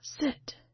sit